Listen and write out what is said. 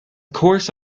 course